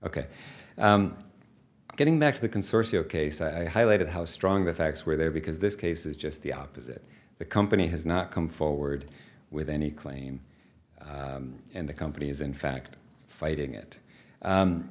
ok getting back to the consortium case i highlighted how strong the facts were there because this case is just the opposite the company has not come forward with any claim and the company is in fact fighting it